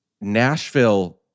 Nashville